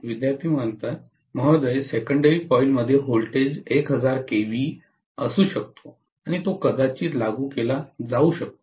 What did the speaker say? विद्यार्थीः महोदया सेकंडरी कॉइलमध्ये व्होल्टेज 1000 kV असू शकतो आणि तो कदाचित लागू केला जाऊ शकतो